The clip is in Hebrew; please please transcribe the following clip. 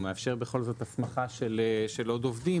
הוא מאפשר בכל זאת הסמכה של עוד עובדים